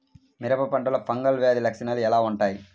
మిరప పంటలో ఫంగల్ వ్యాధి లక్షణాలు ఎలా వుంటాయి?